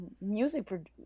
music